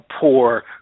poor